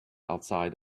outside